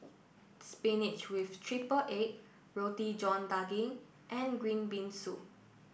Spinach with Triple Egg Roti John Daging and Green Bean Soup